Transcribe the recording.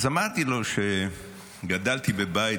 אז אמרתי לו שגדלתי בבית,